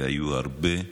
והיו הרבה,